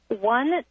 One